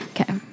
Okay